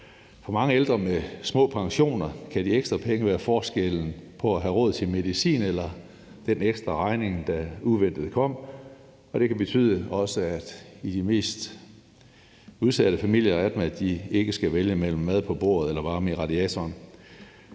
For mange ældre med små pensioner kan de ekstra penge være forskellen på at have råd til medicin eller den ekstra regning, der uventet kom, og det kan også betyde, at de mest udsatte familier ikke skal vælge mellem mad på bordet eller varme i radiatoren.